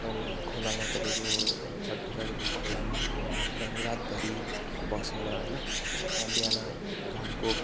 अनि खोलामा तपाईँको छठ पूजाको दिन खोलामा उनीहरूरू रातभरि बसेर होइन अब बिहान घामको